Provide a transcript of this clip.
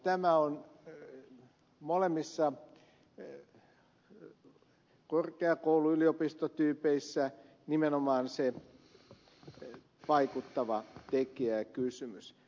tämä on molemmissa korkeakoulussa ja yliopistossa nimenomaan se vaikuttava tekijä ja kysymys